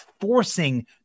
forcing